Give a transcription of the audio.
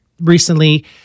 recently